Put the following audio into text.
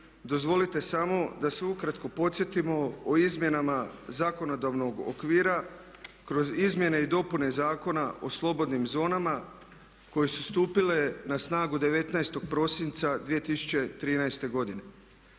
dozvolite samo da se ukratko podsjetimo o izmjenama zakonodavnog okvira kroz izmjene i dopune Zakona o slobodnim zonama koje su stupile na snagu 19. prosinca 2013. godine.